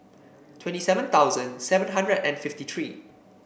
twenty seven thousand seven hundred and fifty three